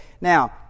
Now